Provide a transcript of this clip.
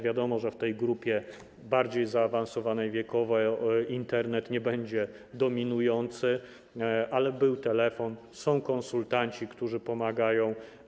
Wiadomo, że w grupie bardziej zaawansowanej wiekowo Internet nie będzie dominujący, ale był telefon, są konsultanci, którzy pomagają.